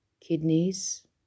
kidneys